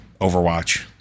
Overwatch